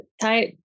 tight